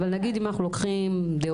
אבל, נניח, אם לוקחים דאודורנטים